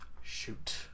Shoot